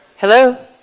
hello.